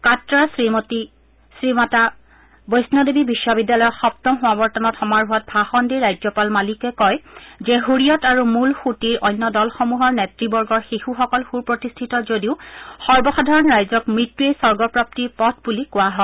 কাট্ৰাৰ শ্ৰীমাতা বৈষ্ণ'দেৱী বিশ্ববিদ্যালয়ৰ সগুম সমাবৰ্তন সমাৰোহত ভাষণ দি ৰাজ্যপাল মালিকে কয় যে ছৰিয়ৎ আৰু মূল সুঁতিৰ অন্য দলসমূহৰ নেতৃবৰ্গৰ শিশুসকল সুপ্ৰতিষ্ঠিত যদিও সৰ্বসাধাৰণ ৰাইজক মৃত্যুৱেই স্বৰ্গপ্ৰাপ্তিৰ পথ বুলি কোৱা হয়